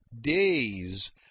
days